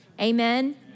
Amen